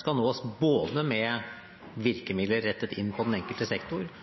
skal nås både med virkemidler rettet inn mot den enkelte sektor